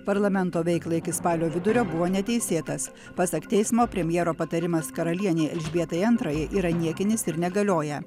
parlamento veiklą iki spalio vidurio buvo neteisėtas pasak teismo premjero patarimas karalienei elžbietai antrajai yra niekinis ir negalioja